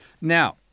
Now